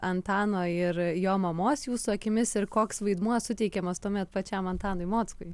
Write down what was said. antano ir jo mamos jūsų akimis ir koks vaidmuo suteikiamas tuomet pačiam antanui mockui